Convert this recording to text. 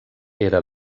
era